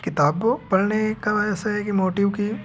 किताबों पढ़ने का ऐसा है कि मोटिव कि